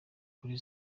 kuri